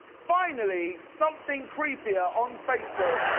finally something creepier on facebook